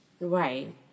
Right